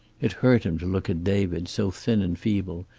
it hurt him to look at david, so thin and feeble,